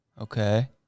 Okay